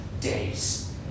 days